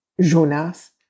Jonas